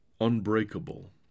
unbreakable